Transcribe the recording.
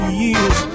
years